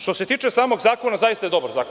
Što se tiče samog zakona, zaista je dobar zakon.